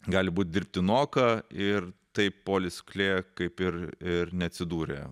gali būt dirbtinoka ir taip polis klė kaip ir ir neatsidūrė